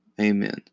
amen